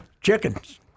Chickens